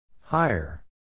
Higher